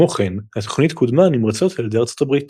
כמו כן, התוכנית קודמה נמרצות על ידי ארצות הברית.